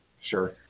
Sure